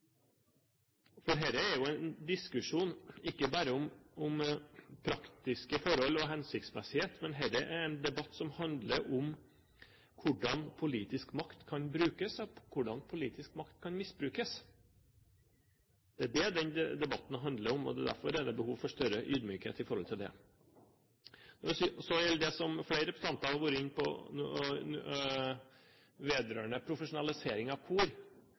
for at de fører en instrumentell kulturpolitikk. Jeg er enig i at kulturen tåler møtet med livets ulike områder og livets utfordringer. Spørsmålet er om kulturpolitikken tåler det samme møtet med andre sektorer. Dette er jo en diskusjon ikke bare om praktiske forhold og hensiktsmessighet, men en debatt som handler om hvordan politisk makt kan brukes, og hvordan politisk makt kan misbrukes. Det er det denne debatten handler om, og derfor er det behov for større ydmykhet i forhold til det. Når det